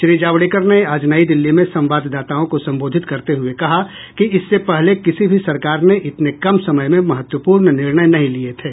श्री जावड़ेकर ने आज नई दिल्ली में संवाददाताओं को सम्बोधित करते हुए कहा कि इससे पहले किसी भी सरकार ने इतने कम समय में महत्वपूर्ण निर्णय नहीं लिये थे